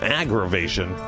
aggravation